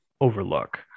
overlook